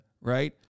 right